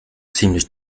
ziemlich